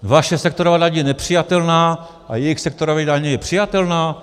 Vaše sektorová daň je nepřijatelná a jejich sektorová daň je přijatelná?